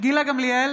גילה גמליאל,